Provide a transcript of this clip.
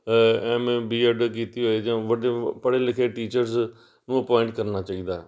M A B Ed ਕੀਤੀ ਹੋਈ ਜਾਂ ਵੱਡੇ ਪੜ੍ਹੇ ਲਿਖੇ ਟੀਚਰਸ ਨੂੰ ਅਪੁਆਇੰਟ ਕਰਨਾ ਚਾਹੀਦਾ